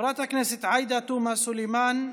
חברת הכנסת עאידה תומא סלימאן,